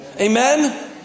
Amen